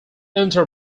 enter